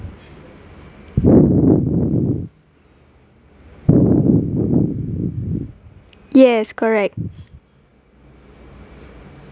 yes correct